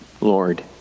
Lord